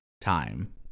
time